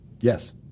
Yes